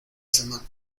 semana